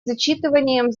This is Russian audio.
зачитыванием